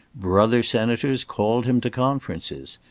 brother senators called him to conferences.